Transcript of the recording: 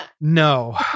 No